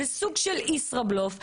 בסוג של ישראבלוף,